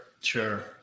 sure